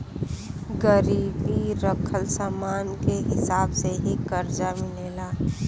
गिरवी रखल समान के हिसाब से ही करजा मिलेला